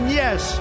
yes